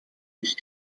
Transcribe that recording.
ich